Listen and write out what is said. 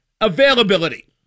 availability